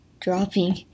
dropping